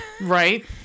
Right